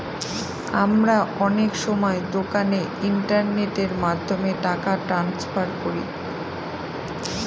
আমরা অনেক সময় দোকানে ইন্টারনেটের মাধ্যমে টাকা ট্রান্সফার করি